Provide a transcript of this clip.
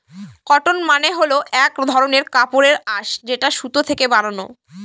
cotton মানে হল এক ধরনের কাপড়ের আঁশ যেটা সুতো থেকে বানানো